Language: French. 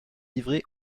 livrés